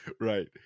Right